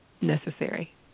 necessary